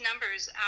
numbers